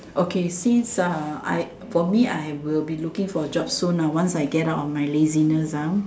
okay since ah I for me I will be looking for a job soon lor once I get out of my laziness ah